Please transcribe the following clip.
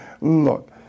Look